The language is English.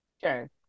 Sure